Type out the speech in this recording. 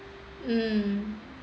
mm